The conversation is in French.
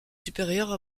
supérieures